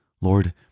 Lord